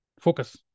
Focus